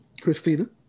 Christina